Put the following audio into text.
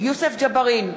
יוסף ג'בארין,